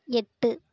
எட்டு